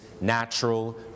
natural